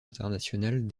internationales